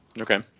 Okay